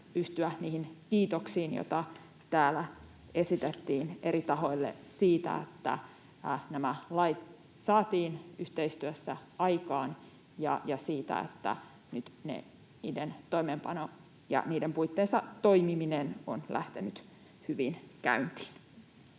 yhtyä niihin kiitoksiin, joita täällä esitettiin eri tahoille siitä, että nämä lait saatiin yhteistyössä aikaan ja että nyt niiden toimeenpano ja niiden puitteissa toimiminen on lähtenyt hyvin käyntiin.